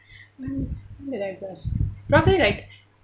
mm when did I blush probably like